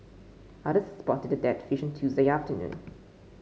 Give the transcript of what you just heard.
others spotted the dead fish on Tuesday afternoon